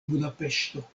budapeŝto